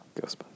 Ghost